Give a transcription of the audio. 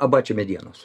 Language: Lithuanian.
abačių medienos